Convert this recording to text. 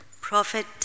prophet